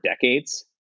decades